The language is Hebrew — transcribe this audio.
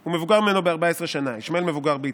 הוא מבוגר ממנו ב-14 שנה, ישמעאל מבוגר מיצחק.